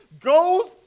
goes